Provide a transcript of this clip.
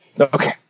Okay